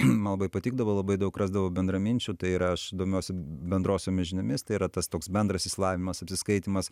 man labai patikdavo labai daug rasdavau bendraminčių tai yra aš domiuosi bendrosiomis žiniomis tai yra tas toks bendras išsilavinimas apsiskaitymas